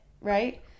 right